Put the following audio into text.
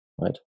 right